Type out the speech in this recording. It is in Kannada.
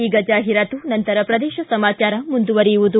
ಈಗ ಜಾಹಿರಾತು ನಂತರ ಪ್ರದೇಶ ಸಮಾಚಾರ ಮುಂದುವರಿಯುವುದು